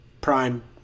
Prime